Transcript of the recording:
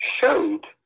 showed